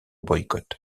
boycott